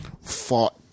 fought